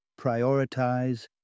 prioritize